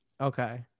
Okay